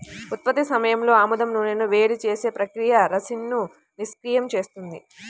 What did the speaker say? ఉత్పత్తి సమయంలో ఆముదం నూనెను వేడి చేసే ప్రక్రియ రిసిన్ను నిష్క్రియం చేస్తుంది